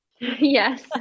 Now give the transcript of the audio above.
Yes